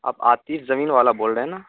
آپ عاطف زمین والا بول رہے ہیں نا